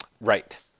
Right